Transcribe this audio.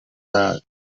that